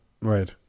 right